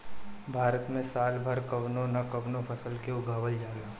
भारत में साल भर कवनो न कवनो फसल के उगावल जाला